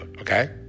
Okay